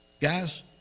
Guys